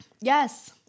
Yes